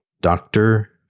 doctor